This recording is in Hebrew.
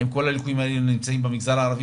האם כל הליקויים האלה נמצאים במגזר הערבי